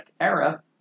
era